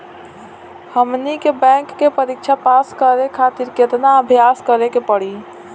हमनी के बैंक के परीक्षा पास करे खातिर केतना अभ्यास करे के पड़ी?